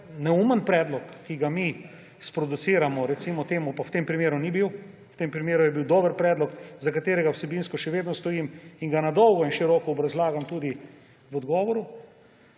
neumen predlog, ki ga mi sproduciramo, recimo temu, pa v tem primeru ni bil, v tem primeru je bil dober predlog, za katerim vsebinsko še vedno stojim in ga na dolgo in široko obrazlagam tudi v odgovoru,